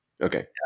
okay